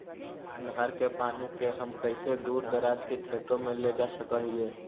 नहर के पानी के हम कैसे दुर दराज के खेतों में ले जा सक हिय?